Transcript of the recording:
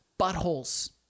buttholes